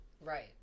right